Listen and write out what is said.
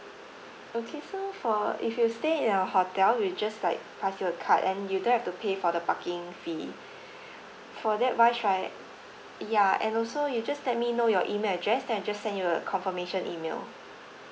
okay so for if you stay in our hotel we'll just like pass you a card and you don't have to pay for the parking fee for that wise right ya and also you just let me know your email address then I'll just send you a confirmation email